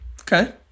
Okay